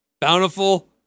bountiful